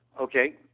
Okay